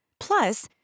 Plus